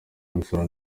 imisoro